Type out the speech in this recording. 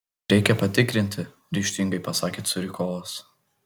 reikia patikrinti ryžtingai pasakė curikovas